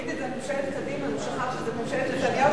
את זה על ממשלת קדימה אז הוא שכח שזה ממשלת נתניהו,